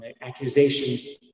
accusation